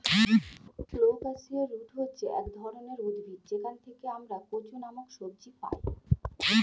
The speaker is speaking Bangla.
কোলোকাসিয়া রুট হচ্ছে এক ধরনের উদ্ভিদ যেখান থেকে আমরা কচু নামক সবজি পাই